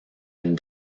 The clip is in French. une